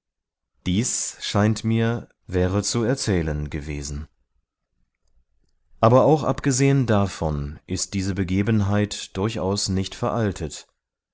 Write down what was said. dies scheint mir wäre zu erzählen gewesen aber auch abgesehen davon ist diese begebenheit durchaus nicht veraltet